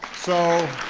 so